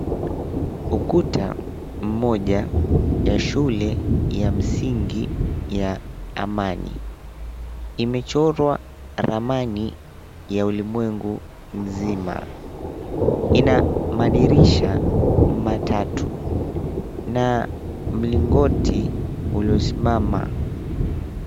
Ukuta mmoja ya shule ya msingi ya Amani imechorwa ramani ya ulimwengu mzima. Ina madirisha matatu na mlingoti uliosimama.